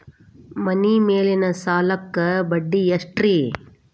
ಮನಿ ಮೇಲಿನ ಸಾಲಕ್ಕ ಬಡ್ಡಿ ಎಷ್ಟ್ರಿ?